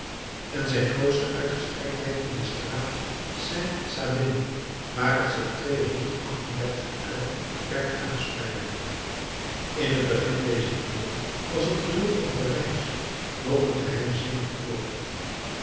en zijn grootste uitgestrektheid in de straat st sabin waar het zich tweehonderd acht-en-dertig el ver verspreidde in het begin dezer eeuw was het riool van parijs nog een geheimzinnig oord